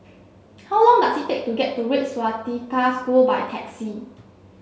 how long does it take to get to Red Swastika School by taxi